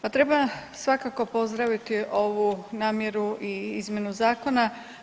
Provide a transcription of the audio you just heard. Pa treba svakako pozdraviti ovu namjeru i izmjenu zakona.